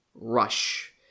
Rush